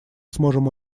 сможем